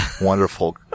wonderful